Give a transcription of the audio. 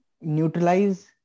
neutralize